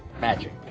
Magic